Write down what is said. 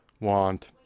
want